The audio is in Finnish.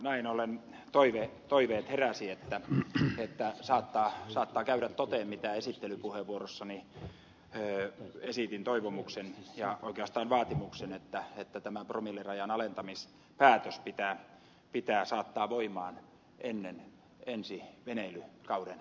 näin ollen toiveet heräsivät että saattaa käydä toteen minkä toivomuksen esittelypuheenvuorossani esitin tai oikeastaan vaatimuksen että promillerajan alentamispäätös pitää saattaa voimaan ennen ensi veneily kauden